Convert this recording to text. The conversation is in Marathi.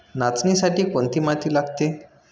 नाचणीसाठी कोणती माती लागते?